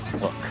Look